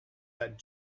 that